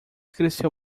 cresceu